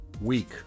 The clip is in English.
week